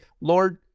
Lord